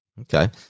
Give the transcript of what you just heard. Okay